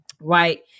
right